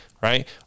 right